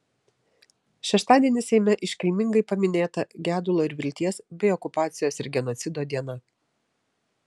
šeštadienį seime iškilmingai paminėta gedulo ir vilties bei okupacijos ir genocido diena